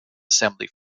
assembly